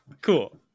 Cool